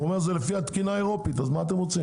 הוא אומר שזה לפי התקינה האירופית אז מה אתם רוצים?